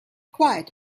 quiet